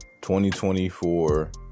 2024